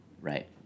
right